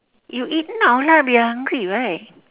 you eat now lah we are hungry right